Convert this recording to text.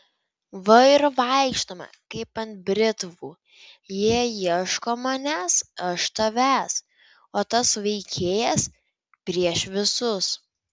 va ir vaikštome kaip ant britvų jie ieško manęs aš tavęs o tas veikėjas prieš visus